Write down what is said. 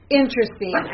interesting